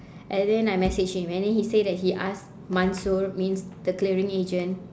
and then I messaged him and then he said he that he asked mansur means the clearing agent